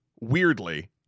weirdly